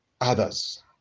others